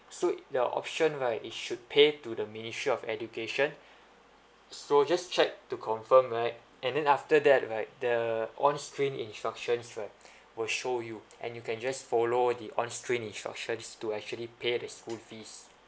so your option right it should pay to the ministry of education so just check to confirm right and then after that right the on screen instructions right will show you and you can just follow the on screen instructions to actually pay the school fees